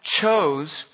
chose